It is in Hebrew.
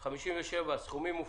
סכומים57.